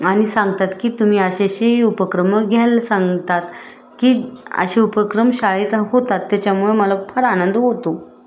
आणि सांगतात की तुम्ही असे अशी उपक्रम घ्यायला सांगतात की असे उपक्रम शाळेत होतात त्याच्यामुळं मला फार आनंद होतो